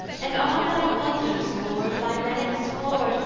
and are thy wonders, lord, by men explor'd,